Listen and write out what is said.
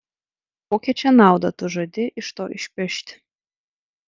kokią čia naudą tu žadi iš to išpešti